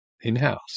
in-house